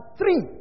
three